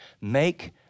make